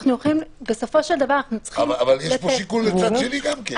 אבל יש פה שיקול לצד שני גם כן.